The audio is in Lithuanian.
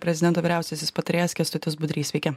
prezidento vyriausiasis patarėjas kęstutis budrys sveiki